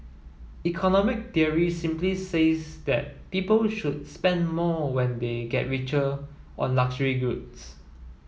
economic theory simply says that people should spend more when they get richer on luxury goods